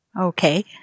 okay